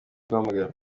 guhamagara